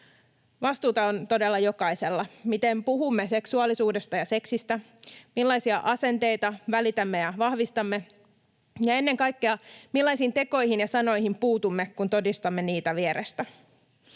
Vastuuta on todella jokaisella: miten puhumme seksuaalisuudesta ja seksistä, millaisia asenteita välitämme ja vahvistamme, ja ennen kaikkea millaisiin tekoihin ja sanoihin puutumme, kun todistamme niitä vierestä.